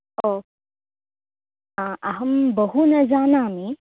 ओ अहं बहु न जानामि